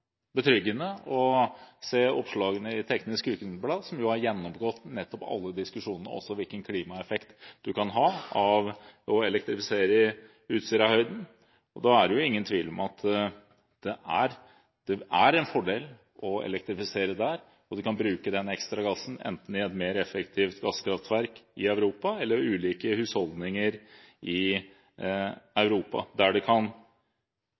betryggende å se oppslagene i Teknisk Ukeblad, som har gjennomgått nettopp alle diskusjonene og også hvilken klimaeffekt man kan ha av å elektrifisere Utsirahøyden. Da er det ingen tvil om at det er en fordel å elektrifisere der. Man kan bruke den ekstra gassen enten i et mer effektivt gasskraftverk i Europa eller i ulike husholdninger i Europa, der det kan